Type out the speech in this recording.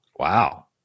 Wow